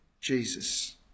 Jesus